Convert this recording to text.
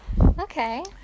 Okay